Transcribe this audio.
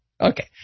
Okay